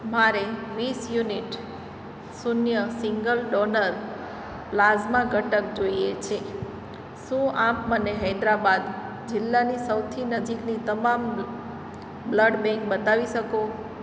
મારે વીસ યુનિટ શૂન્ય સિંગલ ડોનર પ્લાઝમા ઘટક જોઈએ છે શું આપ મને હૈદરાબાદ જિલ્લાની સૌથી નજીકની તમામ બ્લડ બેંક બતાવી શકો